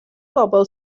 bobl